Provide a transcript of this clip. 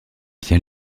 bien